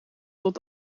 tot